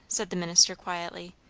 said the minister quietly.